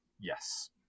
Yes